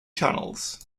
channels